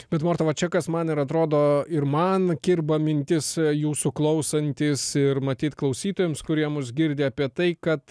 bet morta va čia kas man ir atrodo ir man kirba mintis jūsų klausantis ir matyt klausytojams kurie mus girdi apie tai kad